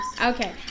Okay